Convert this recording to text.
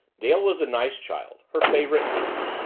dale was a nice child her favorite niece.